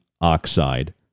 oxide